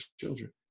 children